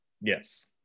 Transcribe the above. Yes